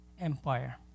empire